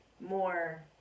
more